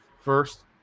first